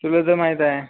तुला तर माहीत आहे